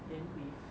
then with